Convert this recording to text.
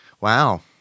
Wow